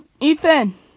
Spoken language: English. Ethan